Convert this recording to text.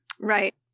Right